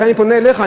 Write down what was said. לכן אני פונה אליך.